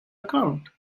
account